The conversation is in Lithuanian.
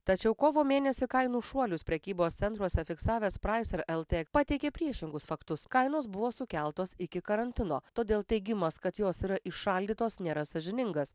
tačiau kovo mėnesio kainų šuolius prekybos centruose fiksavęs pricer lt pateikė priešingus faktus kainos buvo sukeltos iki karantino todėl teigimas kad jos yra įšaldytos nėra sąžiningas